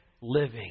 living